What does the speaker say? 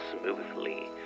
smoothly